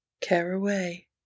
Caraway